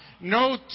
No